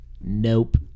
Nope